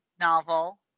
novel